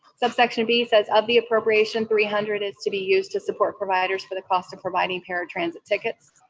subsection b says of the appropriation, three hundred is to be used to support providers for the cost of providing paratransit tickets.